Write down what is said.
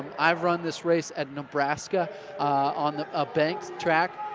i've run this race at nebraska on a bank track,